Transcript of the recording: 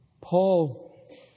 Paul